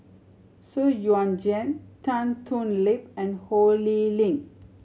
Xu Yuan Zhen Tan Thoon Lip and Ho Lee Ling